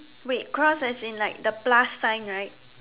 wait cross as in like the plus sign right